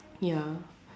ya